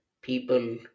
people